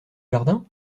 jardin